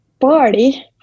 party